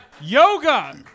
Yoga